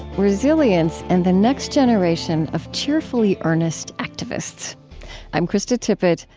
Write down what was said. resilience and the next generation of cheerfully earnest activists i'm krista tippett.